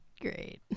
great